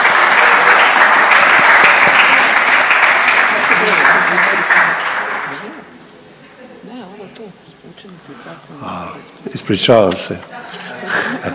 ispričavam se.